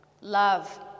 love